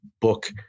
book